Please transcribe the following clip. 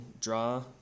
draw